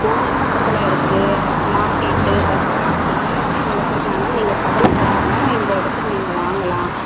கோவில் பக்கத்தில் இருக்குது மார்கெட்டு பஸ் வசதி எல்லாமே உங்களுக்கு இருக்குது அதனால் நீங்கள் கவலைப்படாமல் இந்த இடத்துக்கு நீங்ள் வாங்கலாம்